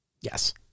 Yes